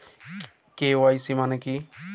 KYC মানে কী?